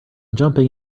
jumping